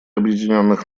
объединенных